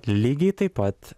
lygiai taip pat